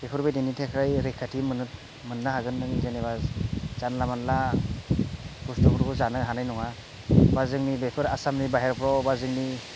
बेफोरबायदिनि थाखाय रैखाथि मोननो हागोन नों जेनेबा जानला मानला बुस्थुफोरखौ जानो हानाय नङा बा जोंनि बेफोर जोंनि आसामनि बाहेरफ्राव बा जोंनि